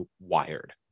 wired